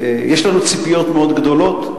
יש לנו ציפיות מאוד גדולות.